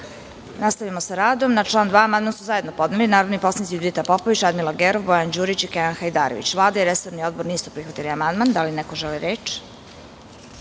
pokupe. Nastavljamo sa radom. Na član 2. amandman su zajedno podneli narodni poslanici Judita Popović, Radmila Gerov, Bojan Đurić i Kenan Hajdarević. Vlada i resorni odbor nisu prihvatili amandman. Da li neko želi reč?